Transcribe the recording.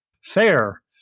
Fair